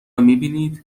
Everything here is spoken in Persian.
میبینید